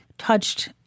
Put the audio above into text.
touched